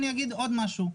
אני אגיד עוד משהו,